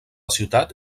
ciutat